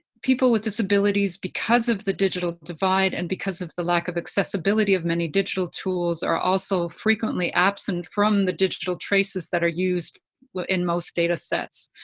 people with disabilities, because of the digital divide and because of the lack of accessibility of many digital tools, are also frequently absent from the digital traces that are used in most data sets.